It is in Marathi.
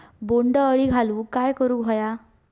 बोंड अळी घालवूक काय करू व्हया?